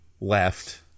Left